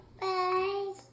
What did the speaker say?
Bye